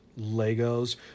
Legos